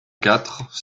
quatre